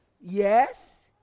yes